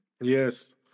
Yes